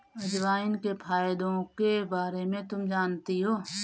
अजवाइन के फायदों के बारे में तुम जानती हो?